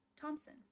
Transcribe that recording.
Thompson